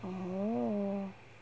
oh